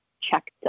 checked